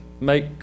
make